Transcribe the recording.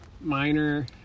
Minor